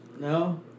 No